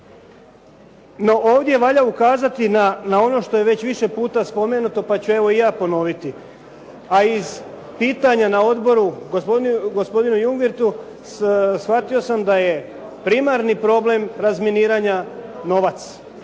No ovdje valja ukazati na ono što je već više puta spomenuto, pa ću evo i ja ponoviti. A iz pitanja na odboru gospodinu …/Govornik se ne razumije./… shvatio sam da je primarni problem razminiranja novac.